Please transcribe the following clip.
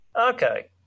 Okay